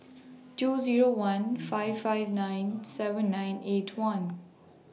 two Zero one five five nine seven nine eight one